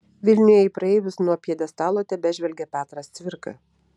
vilniuje į praeivius nuo pjedestalo tebežvelgia petras cvirka